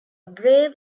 brave